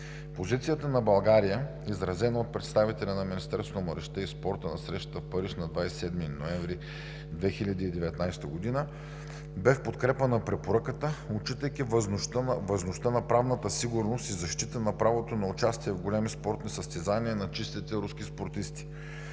Позицията на България е изразена от представителя на Министерството на младежта и спорта на срещата в Париж на 27 ноември 2019 г. и бе в подкрепа на препоръката, отчитайки възможността за правна сигурност и защита на правото на участие в големи спортни състезания на чистите руски спортисти.